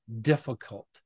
difficult